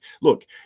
Look